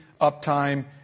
uptime